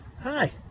hi